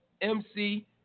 MC